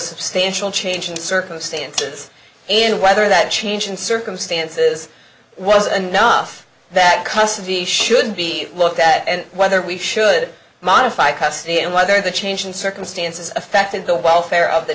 substantial change in circumstances and whether that change in circumstances was enough that custody should be looked at and whether we should modify custody and whether the change in circumstances affected the welfare of the